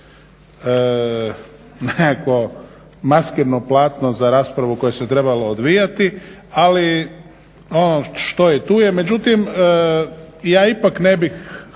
nekakvo maskirno platno za raspravu koja se trebala odvijati, ali ono što je tu je. Međutim, ja ipak ne bih